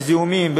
בזיהומים,